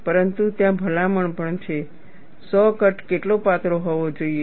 પરંતુ ત્યાં ભલામણો પણ છે સો કટ કેટલો પાતળો હોવો જોઈએ